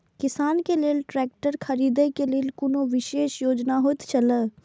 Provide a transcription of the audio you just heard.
किसान के लेल ट्रैक्टर खरीदे के लेल कुनु विशेष योजना होयत छला?